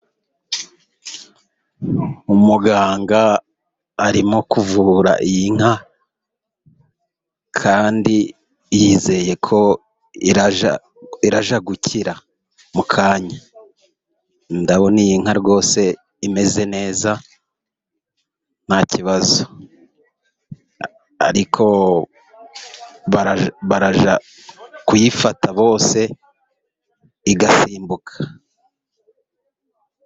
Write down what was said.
Umuganga arimo kuvura iyi nka, kandi yizeye ko iraza gukira mu kanya. Ndabona iyi nka rwose imeze neza ntabazo, ariko barajya kuyifata bose igasimbuka.